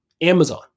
Amazon